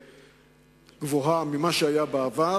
גבוהה ממה שהיה בעבר,